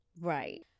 Right